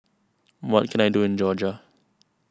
what can I do in Georgia